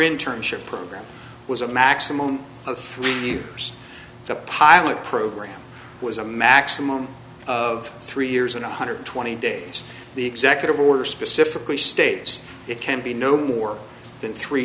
term schip program was a maximum of three years the pilot program was a maximum of three years and one hundred twenty days the executive order specifically states it can be no more than three